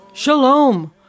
Shalom